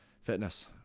fitness